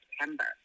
September